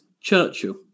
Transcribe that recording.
Churchill